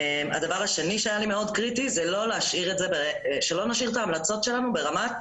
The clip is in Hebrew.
הדבר השני שהיה לי מאוד קריטי זה שלא נשאיר את ההמלצות שלנו ברמת